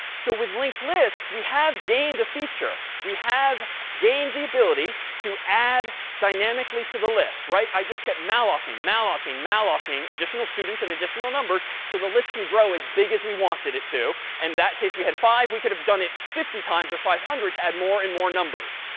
so with linked lists we have gained a feature. we have gained the ability to add dynamically to the list, right. i just kept malloc-ing, malloc-ing, malloc-ing additional students and additional numbers. so the list can grow as big as we wanted it to. and that case, we had five. we could have done it fifty times or five hundred to add more and more numbers.